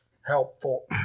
helpful